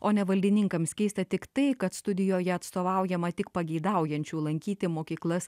o ne valdininkams keista tiktai kad studijoje atstovaujama tik pageidaujančių lankyti mokyklas